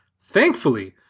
Thankfully